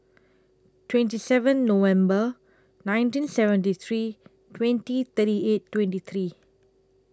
twenty seven November nineteen seventy three twenty thirty eight twenty three